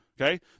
okay